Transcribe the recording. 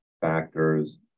factors